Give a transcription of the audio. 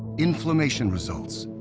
inflammation results,